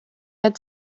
had